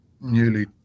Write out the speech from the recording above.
newly